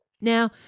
Now